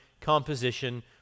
composition